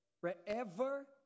Wherever